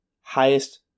highest